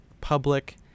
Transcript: public